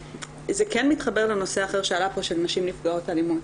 זה כן מתחבר לנושא אחר שעלה פה של נשים נפגעות אלימות